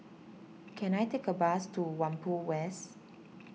can I take a bus to Whampoa West